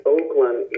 Oakland